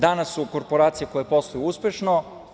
Danas su korporacija koja posluje uspešno.